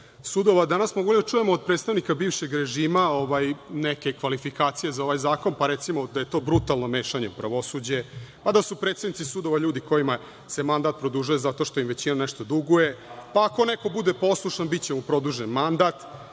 smo mogli da čujemo od predstavnika bivšeg režima neke kvalifikacije za ovaj zakon, pa recimo, da je to brutalno mešanje u pravosuđe, da su predsednici sudova ljudi kojima se mandat produžuje zato što im većina nešto duguje, pa ako neko bude poslušan biće mu produžen mandat,